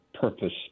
purpose